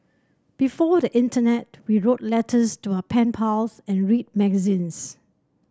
before the internet we wrote letters to our pen pals and read magazines